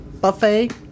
buffet